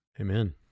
Amen